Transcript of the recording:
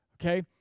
Okay